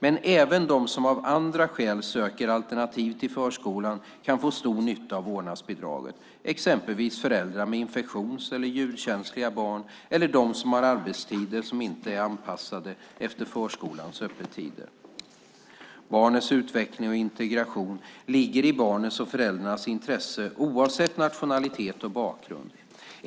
Men även de som av andra skäl söker alternativ till förskolan kan få stor nytta av vårdnadsbidraget - exempelvis föräldrar med infektions eller ljudkänsliga barn eller de som har arbetstider som inte är anpassade efter förskolans öppettider. Barnets utveckling och integration ligger i barnets och föräldrarnas intresse oavsett nationalitet och bakgrund.